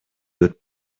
good